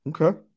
Okay